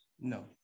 No